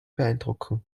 beeindrucken